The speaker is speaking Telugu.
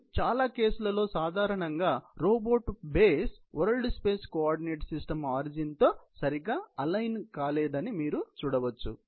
ఇది చాలా కేసులలో సాధారణంగా robot base world space coordinate system origin తో సరిగా అలైను కాలేదని మీరు చూడవచ్చు